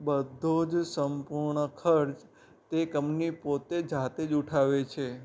બધો જ સંપૂર્ણ ખર્ચ તે કમની પોતે જાતે જ ઉઠાવે છે